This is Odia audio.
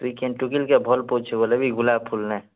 ତୁଇ କେନ୍ ଟୁକେଲ୍କେ ଭଲ୍ପାଉଛେ ବୋଲେ ବି ଗୁଲାପ୍ ଫୁଲ୍ନେ